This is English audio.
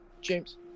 James